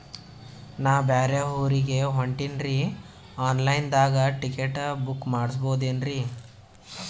ನಾ ಬ್ಯಾರೆ ಊರಿಗೆ ಹೊಂಟಿನ್ರಿ ಆನ್ ಲೈನ್ ದಾಗ ಟಿಕೆಟ ಬುಕ್ಕ ಮಾಡಸ್ಬೋದೇನ್ರಿ?